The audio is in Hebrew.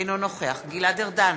אינו נוכח גלעד ארדן,